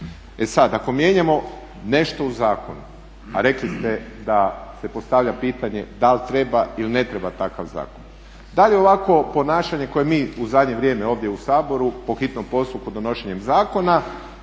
E sada ako mijenjamo nešto u zakonu a rekli ste da se postavlja pitanje da li treba ili ne treba takav zakon. Da li je ovakvo ponašanje koje mi u zadnje vrijeme ovdje u Saboru po hitnom postupku donošenjem zakona